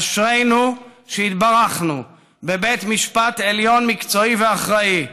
אשרינו שהתברכנו בבית משפט עליון מקצועי ואחראי,